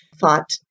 thought